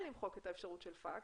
למחוק את האפשרות של פקס,